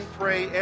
pray